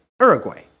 Uruguay